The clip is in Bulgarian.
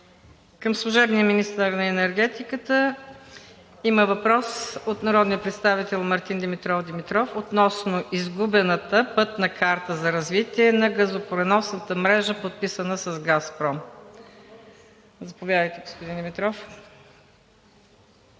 Към служебния министър на енергетиката има въпрос от народния представител Мартин Димитров Димитров – относно изгубената Пътна карта за развитие на газопреносната мрежа, подписана с „Газпром“. Заповядайте, господин Димитров.